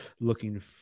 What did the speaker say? looking